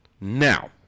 Now